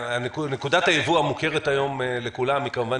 נקודת הייבוא המוכרת היום לכולם היא כמובן